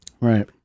Right